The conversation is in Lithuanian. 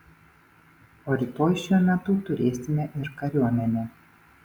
o rytoj šiuo metu turėsime ir kariuomenę